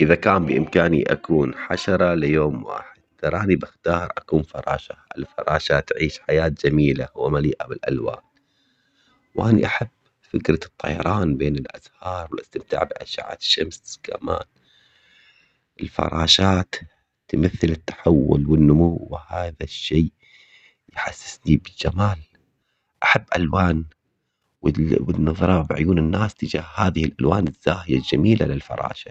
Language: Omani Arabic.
اذا كان بامكاني اكون حشرة ليوم واحد. تراني بختار اكون فراشة. الفراشة تعيش حياة جميلة ومليئة بالالوان. واني احب فكرة الطيران بين الاثار والاستمتاع باشعة الشمس كمان. الفراشات. تمثل التحول والنمو هذا الشيء يحسني بجمال. احب الوان والنظرة بعيون الناس تجاه هذه الالوان الزاهية الجميلة للفراشة